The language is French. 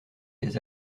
des